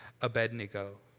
Abednego